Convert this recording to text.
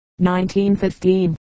1915